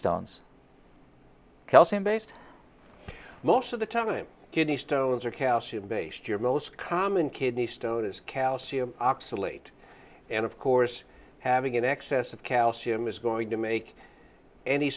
stones calcium based most of the time kidney stones are calcium based your most common kidney stone is calcium oxalate and of course having an excess of calcium is going to make any